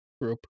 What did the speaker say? group